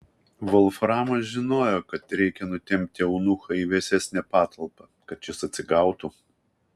volframas žinojo kad reikia nutempti eunuchą į vėsesnę patalpą kad šis atsigautų